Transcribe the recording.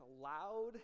loud